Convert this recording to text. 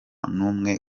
n’umwe